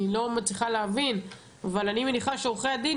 אני לא מצליחה להבין אבל אני מניחה שעורכי הדין